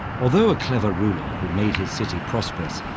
although a clever ruler who made his city prosperous,